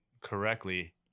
correctly